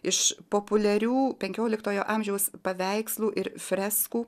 iš populiarių penkioliktojo amžiaus paveikslų ir freskų